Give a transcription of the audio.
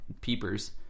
peepers